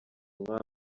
nka